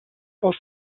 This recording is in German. aus